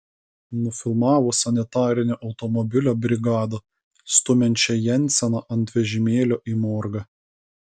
nufilmavo sanitarinio automobilio brigadą stumiančią jenseną ant vežimėlio į morgą